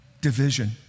Division